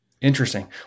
Interesting